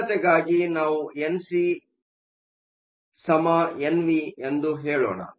ಸರಳತೆಗಾಗಿ ನಾವು N C N V ಎಂದು ಹೇಳೋಣ